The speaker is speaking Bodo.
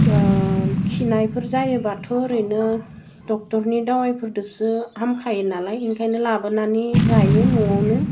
खिनायफोर जायोबाथ' ओरैनो डक्टरनि दावाइफोरजोंसो हामखायो नालाय ओंखायनो लाबोनानै जायो न'वावनो